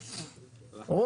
בבקשה.